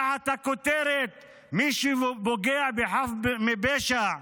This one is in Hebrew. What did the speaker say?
תחת הכותרת "מי שפוגע בחף מפשע,